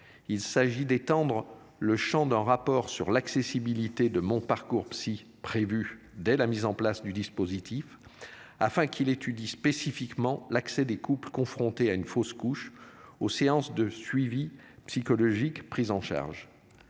Il s'agit d'étendre le Champ d'un rapport sur l'accessibilité de mon parcours psy prévue dès la mise en place du dispositif. Afin qu'il étudie spécifiquement l'accès des couples confrontés à une fausse couche aux séances de suivi psychologique, prise en charge.